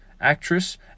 actress